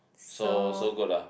so so good lah